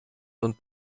und